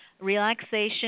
relaxation